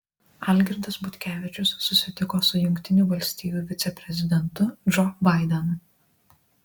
algirdas butkevičius susitiko su jungtinių valstijų viceprezidentu džo baidenu